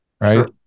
Right